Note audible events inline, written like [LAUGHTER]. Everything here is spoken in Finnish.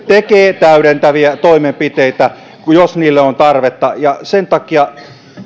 [UNINTELLIGIBLE] tekee täydentäviä toimenpiteitä jos niille on tarvetta sen takia